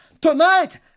tonight